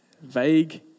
vague